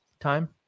time